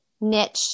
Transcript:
niche